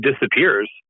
disappears